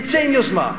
תצא עם יוזמה.